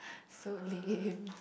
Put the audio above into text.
so lame